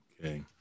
Okay